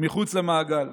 מחוץ למעגל.